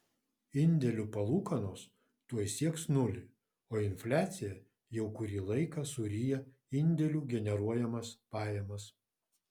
indėlių palūkanos tuoj sieks nulį o infliacija jau kurį laiką suryja indėlių generuojamas pajamas